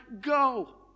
go